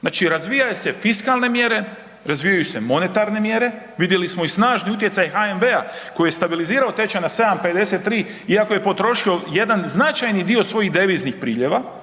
Znači razvijaju se fiskalne mjere, razvijaju se monetarne mjere, vidjeli smo i snažni utjecaj HNB-a koji stabilizirao tečaj na 7,53 iako je potrošio jedan značajni dio svojih deviznih priljeva,